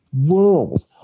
world